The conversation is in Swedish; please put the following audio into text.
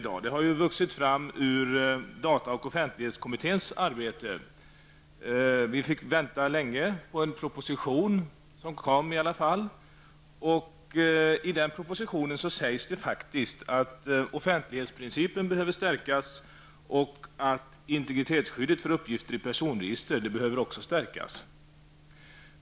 Betänkandet har vuxit fram ur data och offentligthetskommitténs arbete. Vi fick vänta länge på en proposition, som slutligen kom i alla fall. I propositionen sägs faktiskt att offentlighetsprincipen behöver stärkas och att integritetsskyddet för uppgifter i personregistren också behöver stärkas.